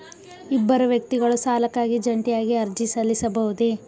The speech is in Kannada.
ಇಬ್ಬರು ವ್ಯಕ್ತಿಗಳು ಸಾಲಕ್ಕಾಗಿ ಜಂಟಿಯಾಗಿ ಅರ್ಜಿ ಸಲ್ಲಿಸಬಹುದೇ?